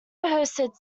hosted